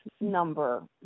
number